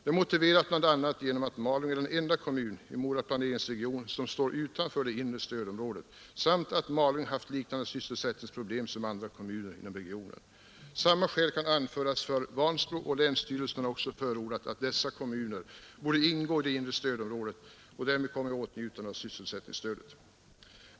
Det är motiverat bl.a. av att Malung är den enda kommun i Mora planeringsregion som står utanför det inre stödområdet samt att Malung haft liknande sysselsättningsproblem som andra kommuner inom regionen. Samma skäl kan anföras för Vansbro, och länsstyrelsen har också förordat att dessa kommuner borde ingå i det inre stödområdet och därmed komma i åtnjutande av sysselsättningsstödet.